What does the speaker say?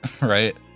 right